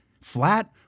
flat